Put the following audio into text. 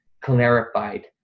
clarified